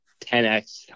10x